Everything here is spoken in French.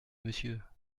monsieur